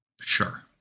Sure